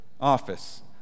office